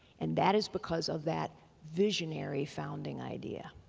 and that is because of that visionary founding idea.